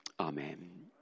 Amen